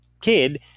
kid